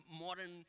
modern